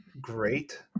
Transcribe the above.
great